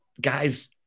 guys